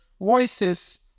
voices